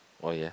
oh yeah